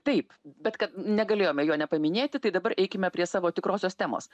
taip bet kad negalėjome jo nepaminėti tai dabar eikime prie savo tikrosios temos